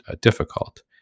difficult